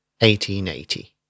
1880